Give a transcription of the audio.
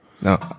No